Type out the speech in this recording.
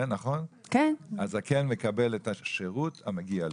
האם הזקן מקבל את השירות המגיע לו?